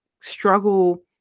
struggle